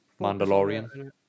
Mandalorian